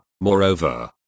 Moreover